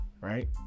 right